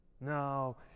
No